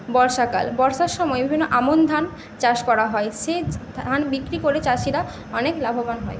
বর্ষাকাল বর্ষার সময় বিভিন্ন আমন ধান চাষ করা হয় সেচ ধান বিক্রি করে চাষিরা অনেক লাভবান হয়